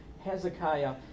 Hezekiah